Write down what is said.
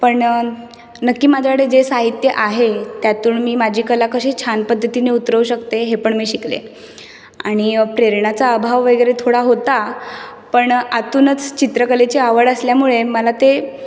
पण नक्की माझ्याकडे जे साहित्य आहे त्यातून मी माझी कला कशी छान पद्धतीने उतरवू शकते हे पण मी शिकले आणि प्रेरणाचा अभाव थोडा होता पण आतूनच चित्रकलेची आवड असल्यामुळे मला ते